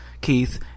Keith